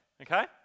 okay